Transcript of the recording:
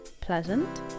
pleasant